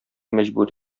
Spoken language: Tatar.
мәҗбүр